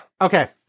Okay